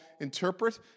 interpret